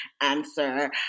answer